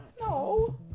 No